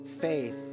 faith